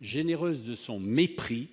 généreuse de son mépris